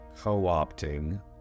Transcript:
co-opting